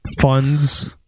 funds